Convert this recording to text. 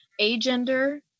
agender